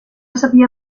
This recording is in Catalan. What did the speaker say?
s’havia